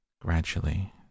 Gradually